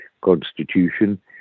constitution